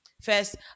First